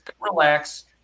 relax